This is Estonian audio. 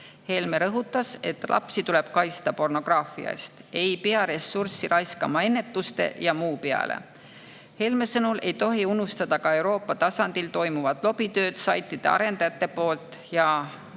Helme rõhutas, et lapsi tuleb kaitsta pornograafia eest, ressurssi ei pea raiskama ennetuse ja muu peale. Helme sõnul ei tohi unustada ka Euroopa tasandil toimuvat saitide arendajate lobitööd